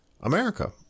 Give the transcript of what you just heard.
america